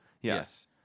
Yes